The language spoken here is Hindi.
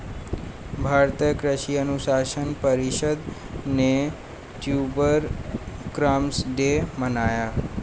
भारतीय कृषि अनुसंधान परिषद ने ट्यूबर क्रॉप्स डे मनाया